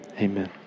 Amen